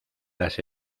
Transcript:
las